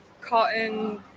cotton